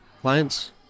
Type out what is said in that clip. Clients